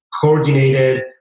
coordinated